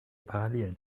parallelen